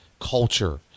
culture